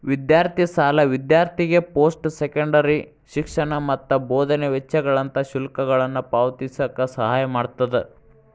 ವಿದ್ಯಾರ್ಥಿ ಸಾಲ ವಿದ್ಯಾರ್ಥಿಗೆ ಪೋಸ್ಟ್ ಸೆಕೆಂಡರಿ ಶಿಕ್ಷಣ ಮತ್ತ ಬೋಧನೆ ವೆಚ್ಚಗಳಂತ ಶುಲ್ಕಗಳನ್ನ ಪಾವತಿಸಕ ಸಹಾಯ ಮಾಡ್ತದ